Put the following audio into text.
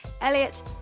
Elliot